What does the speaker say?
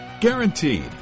Guaranteed